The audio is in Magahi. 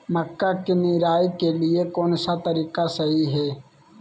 मक्का के निराई के लिए कौन सा तरीका सही है?